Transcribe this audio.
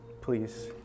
Please